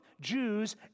Jews